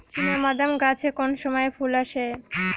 চিনাবাদাম গাছে কোন সময়ে ফুল আসে?